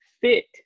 fit